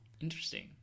Interesting